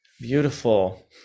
beautiful